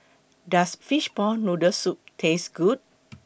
Does Fishball Noodle Soup Taste Good